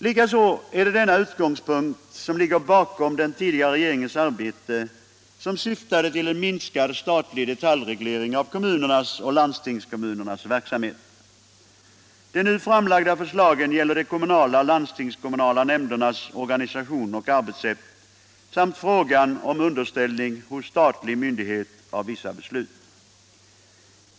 Likaså är det denna utgångspunkt som ligger bakom den tidigare regeringens arbete för en minskad statlig detaljreglering av kommunernas och landstingskommunernas verksamhet. De nu framlagda förslagen gäller de kommunala och landstingskommunala nämndernas organisation och arbetssätt samt frågan om underställning hos statlig myndighet av vissa beslut.